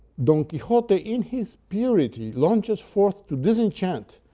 don quixote in his purity launches forth to disenchant,